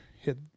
hit